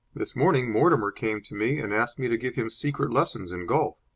this morning mortimer came to me and asked me to give him secret lessons in golf.